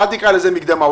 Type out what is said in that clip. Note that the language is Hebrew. אל תקרא לזה מקדמה.